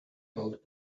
old